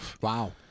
wow